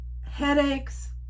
headaches